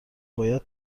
باید